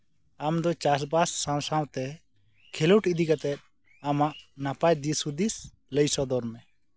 ᱟᱢᱫᱚ ᱪᱟᱥᱼᱵᱟᱥ ᱥᱟᱶ ᱥᱟᱶ ᱛᱮ ᱠᱷᱮᱞᱚᱸᱰ ᱤᱫᱤ ᱠᱟᱛᱮᱫ ᱟᱢᱟᱜ ᱱᱟᱯᱟᱭ ᱫᱤᱥ ᱦᱩᱫᱤᱥ ᱞᱟᱹᱭ ᱥᱚᱫᱚᱨ ᱢᱮ